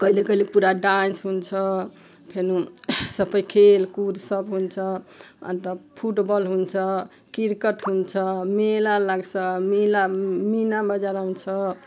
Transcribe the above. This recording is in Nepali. कहिले कहिले पुरा डान्स हुन्छ फेनु सबै खेलकुद सब हुन्छ अनि त फुटबल हुन्छ क्रिकेट हुन्छ मेला लाग्छ मेला मिनाबजार हुन्छ